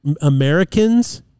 Americans